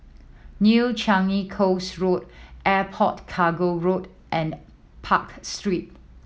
New Changi Coast Road Airport Cargo Road and Park Street